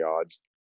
odds